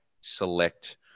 select